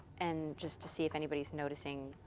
and just to see if anybody's noticing.